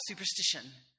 superstition